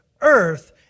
earth